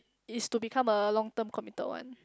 it's to become a long term committed one